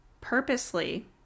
purposely